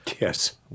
Yes